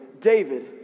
David